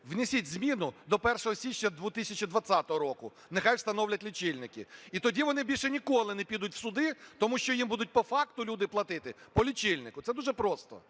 Внесіть зміну: до 1 січня 2020 року нехай встановлять лічильники. І тоді вони більше ніколи не підуть в суди, тому що їм будуть по факту люди платити по лічильнику. Це дуже просто.